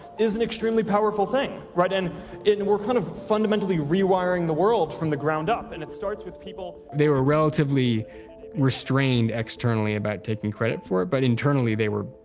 is an extremely powerful thing, right? and and we're kind of fundamentally rewiring the world from the ground up. and it starts with people. they were relatively restrained externally about taking credit for it, but internally they were,